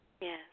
Yes